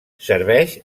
serveix